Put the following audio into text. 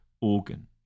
organ